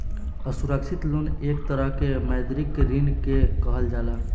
असुरक्षित लोन एक तरह के मौद्रिक ऋण के कहल जाला